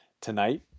tonight